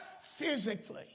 physically